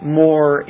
more